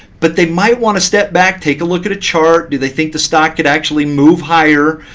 but they might want to step back, take a look at a chart, do they think the stock could actually move higher.